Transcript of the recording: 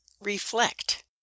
reflect